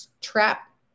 trap